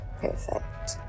Perfect